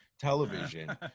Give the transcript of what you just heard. television